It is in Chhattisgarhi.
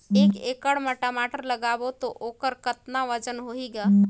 एक एकड़ म टमाटर लगाबो तो ओकर कतका वजन होही ग?